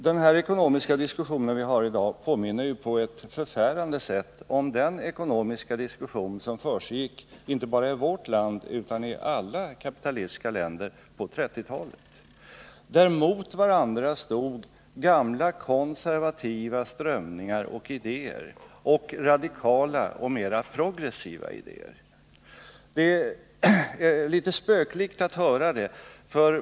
Den ekonomiska diskussion som vi har i dag påminner på ett förfärande sätt om den ekonomiska diskussion som försiggick inte bara i vårt land utan i alla kapitalistiska länder på 1930-talet, där mot varandra stod å ena sidan gamla konservativa strömningar och idéer och å andra sidan radikala och progressiva idéer. Det är litet spöklikt att höra detta.